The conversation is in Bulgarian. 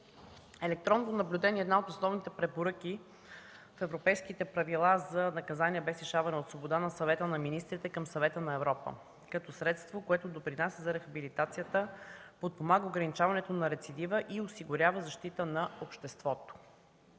Електронното наблюдение е една от основните препоръки в Европейските правила за наказание без лишаване от свобода на Съвета на министрите към Съвета на Европа, като средство, което допринася за рехабилитацията, подпомага ограничаването на рецидива и осигурява защита на обществото.